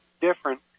different